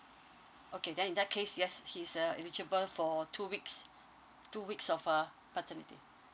okay then in that case yes he's uh eligible for two weeks two weeks of uh paternity